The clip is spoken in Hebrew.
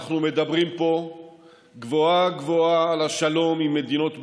אנחנו מדברים פה גבוהה-גבוהה על השלום עם מדינות באזורנו.